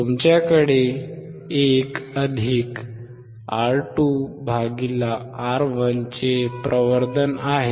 तुमच्याकडे 1R2R1 चे प्रवर्धन आहे